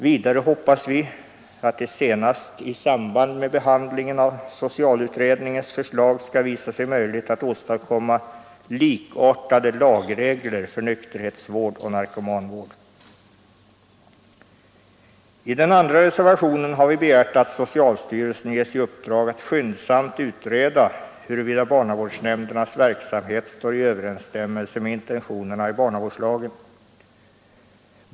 Vidare hoppas vi att det senast i samband med behandlingen av socialutredningens förslag skall visa sig möjligt att åstadkomma likartade lagregler för nykterhetsvård och narkomanvård. I den andra reservationen har vi begärt att socialstyrelsen ges i uppdrag att skyndsamt utreda huruvida barnavårdsnämndernas verksamhet står i överensstämmelse med intentionerna i barnavårdslagen.